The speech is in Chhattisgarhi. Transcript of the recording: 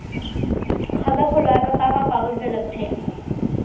खाता खोलवाये बर का का कागज ल लगथे?